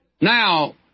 Now